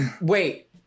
Wait